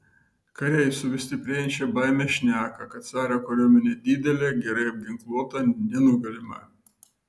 kariai su vis stiprėjančia baime šneka kad caro kariuomenė didelė gerai apginkluota nenugalima